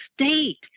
state